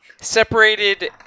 separated